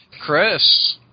Chris